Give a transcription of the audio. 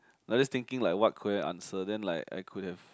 I just thinking like what could I have answer then like I could have